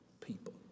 people